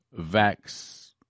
vax